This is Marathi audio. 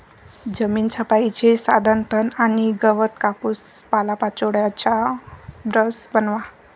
जमीन छपाईचे साधन तण आणि गवत कापून पालापाचोळ्याचा ब्रश बनवा